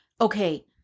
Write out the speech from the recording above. Okay